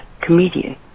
comedian